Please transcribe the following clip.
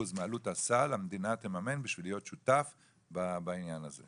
מעלות הסל המדינה תממן כדי להיות שותף בעניין הזה.